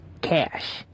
cash